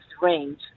range